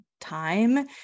time